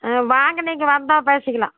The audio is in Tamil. வாங்க நீங்கள் வந்தால் பேசிக்கலாம்